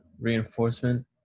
reinforcement